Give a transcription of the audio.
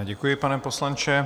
Děkuji, pane poslanče.